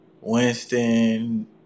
Winston